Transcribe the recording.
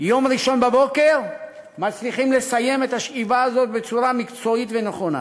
יום ראשון בבוקר מצליחים לסיים את השאיבה הזאת בצורה מקצועית ונכונה.